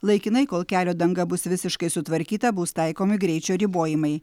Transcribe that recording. laikinai kol kelio danga bus visiškai sutvarkyta bus taikomi greičio ribojimai